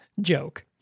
joke